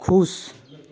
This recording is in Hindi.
ख़ुश